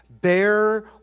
Bear